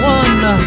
one